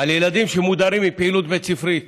על ילדים שמודרים מפעילות בית ספרית